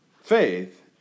faith